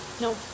No